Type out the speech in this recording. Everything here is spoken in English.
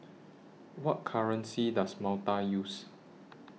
What currency Does Malta use